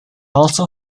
also